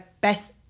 Best